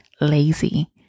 lazy